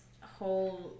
whole